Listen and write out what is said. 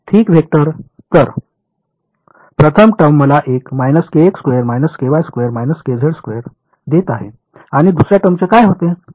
ठीक वेक्टर तर प्रथम टर्म मला एक देत आहे आणि दुसर्या टर्मचे काय होते